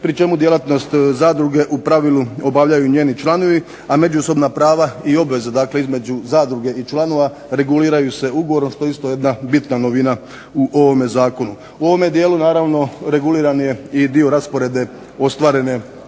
pri čemu djelatnost zadruge u pravilu obavljaju njeni članovi, a međusobna prava i obveze dakle između zadruge i članova reguliraju se ugovorom što je isto jedna bitna novina u ovome zakonu. U ovome dijelu naravno reguliran je i dio rasporedne ostvarene